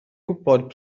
gwybod